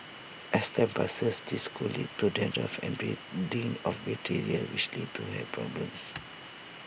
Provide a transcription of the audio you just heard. as time passes this could lead to dandruff and breeding of bacteria which leads to hair problems